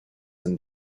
than